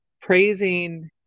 praising